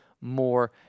more